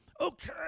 okay